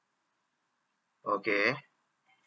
okay